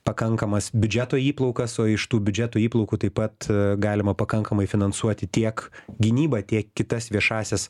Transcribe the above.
pakankamas biudžeto įplaukas o iš tų biudžeto įplaukų taip pat galima pakankamai finansuoti tiek gynybą tiek kitas viešąsias